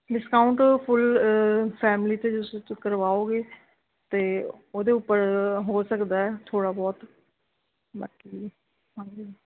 discount full family ਅਤੇ ਜੇ ਤੁਸੀਂ ਕਰਵਾਓਗੇ ਅਤੇ ਉਹਦੇ ਉੱਪਰ ਹੋ ਸਕਦਾ ਥੋੜ੍ਹਾ ਬਹੁਤ ਬਾਕੀ ਹਾਂਜੀ